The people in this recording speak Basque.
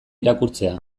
irakurtzea